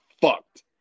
fucked